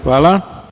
Hvala.